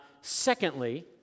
Secondly